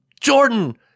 Jordan